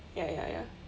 ya ya ya